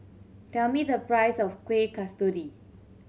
tell me the price of Kuih Kasturi